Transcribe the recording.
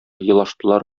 елаштылар